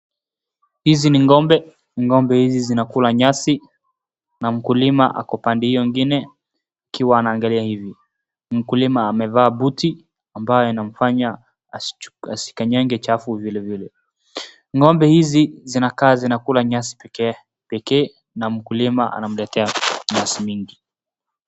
Hizi ni ng'ombe ,ng'ombe hizi zinakula nyasi na mkulima ako pande hiyo ingine akiwa anangalia hivi. Mkulima amevaa buti ambaye inamfanya asikange chafu vile vile.Ng'ombe hizi zinakaa zinakula nyasi pekee na mkulima anamletea nyasi mingi.